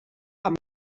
amb